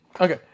Okay